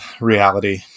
reality